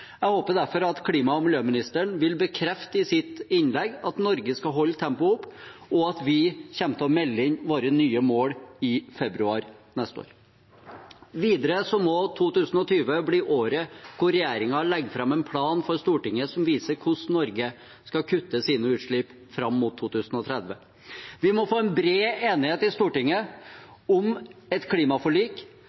Jeg håper derfor at klima- og miljøministeren vil bekrefte i sitt innlegg at Norge skal holde tempoet oppe, og at vi kommer til å melde inn våre nye mål i februar neste år. Videre må 2020 bli året hvor regjeringen legger fram en plan for Stortinget som viser hvordan Norge skal kutte sine utslipp fram mot 2030. Vi må få en bred enighet i Stortinget om et klimaforlik,